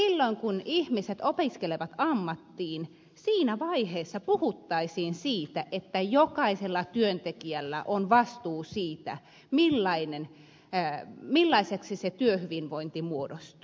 silloin kun ihmiset opiskelevat ammattiin siinä vaiheessa puhuttaisiin siitä että jokaisella työntekijällä on vastuu siitä millaiseksi se työhyvinvointi muodostuu